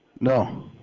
No